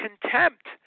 contempt